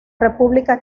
república